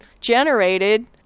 generated